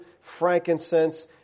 frankincense